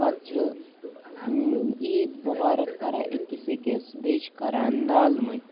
پتہٕ چھِ عیٖد مُبارک کَران أکِس أکِس بیٚیہِ چھِ کَران نالہٕ مٔتۍ